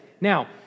Now